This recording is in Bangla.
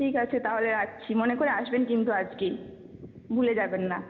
ঠিক আছে তাহলে রাখছি মনে করে আসবেন কিন্তু আজকেই ভুলে যাবেননা